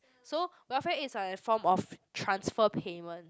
so welfare aids like a form of transfer payment